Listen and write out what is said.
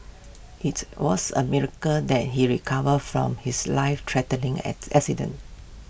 IT was A miracle that he recovered from his lifethreatening at accident